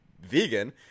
vegan